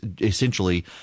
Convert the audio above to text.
essentially